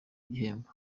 igihembo